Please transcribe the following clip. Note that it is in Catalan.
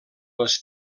les